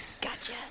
gotcha